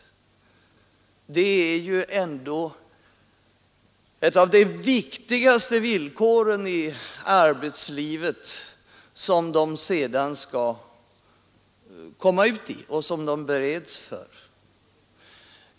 Det är ju ett av de viktigaste villkoren i det arbetsliv som de sedan skall komma ut i och som de bereds för.